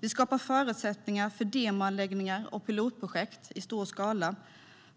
Vi skapar förutsättningar för demoanläggningar och pilotprojekt i stor skala.